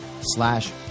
slash